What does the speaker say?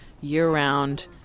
year-round